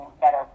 better